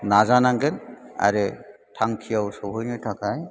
नाजानांगोन आरो थांखियाव सहैनो थाखाय